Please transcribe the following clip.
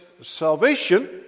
salvation